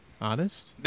honest